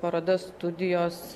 paroda studijos